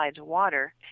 water